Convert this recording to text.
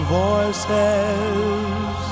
voices